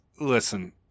listen